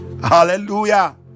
hallelujah